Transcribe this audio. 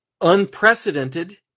unprecedented